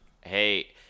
hey